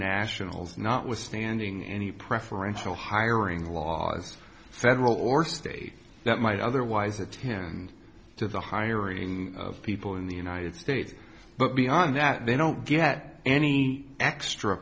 nationals notwithstanding any preferential hiring laws federal or state that might otherwise attend to the hiring of people in the united states but beyond that they don't get any extra